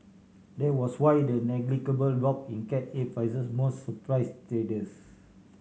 that was why the negligible drop in Cat A prices most surprise traders